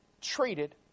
treated